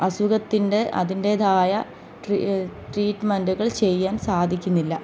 അസുഖത്തിൻ്റെ അതിൻറ്റേതായ ട്രീറ്റ്മെൻറുകൾ ചെയ്യാൻ സാധിക്കുന്നില്ല